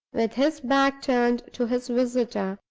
with his back turned to his visitor.